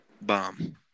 Bomb